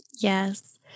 Yes